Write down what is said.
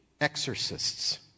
exorcists